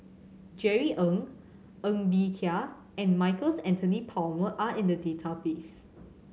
Jerry Ng Ng Bee Kia and Michael Anthony Palmer are in the database